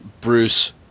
Bruce